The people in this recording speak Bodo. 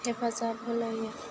हेफाजाब होलायो